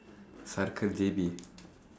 J_B